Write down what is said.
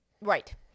right